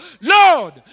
Lord